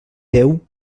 deu